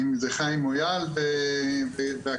חיים מויאל והקב"סים,